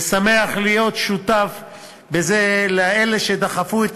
ושמח להיות שותף בזה לאלה שדחפו את